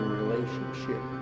relationship